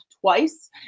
twice